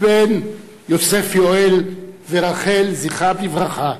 בן יוסף יואל ורחל, זכרם לברכה,